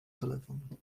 telefon